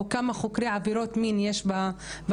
או כמה חוקרי עבירות מין יש במשטרה,